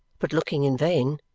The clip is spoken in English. but looking in vain.